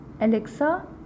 Alexa